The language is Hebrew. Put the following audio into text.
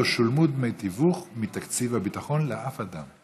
לא שולמו דמי תיווך מתקציב הביטחון לאף אדם.